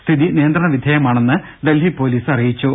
സ്ഥിതി നിയ ന്ത്രണ വിധേയമാണെന്ന് ഡൽഹി പൊലീസ് അറിയിച്ചു